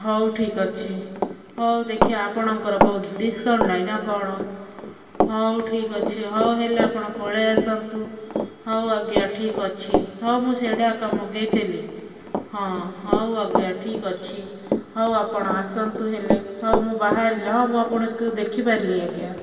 ହଉ ଠିକ୍ ଅଛି ହଉ ଦେଖି ଆପଣଙ୍କର କୋଉ ଡିସ୍କାଉଣ୍ଟ୍ ନାଇଁ ନା କ'ଣ ହଉ ଠିକ୍ ଅଛି ହଉ ହେଲେ ଆପଣ ପଳେଇ ଆସନ୍ତୁ ହଉ ଆଜ୍ଞା ଠିକ୍ ଅଛି ହଉ ମୁଁ ସେଇଟା ଆକା ମଗେଇଥିଲି ହଁ ହଉ ଆଜ୍ଞା ଠିକ୍ ଅଛି ହଉ ଆପଣ ଆସନ୍ତୁ ହେଲେ ହଉ ମୁଁ ବାହାରିଲା ହଁ ମୁଁ ଆପଣ ଦେଖିପାରିଲି ଆଜ୍ଞା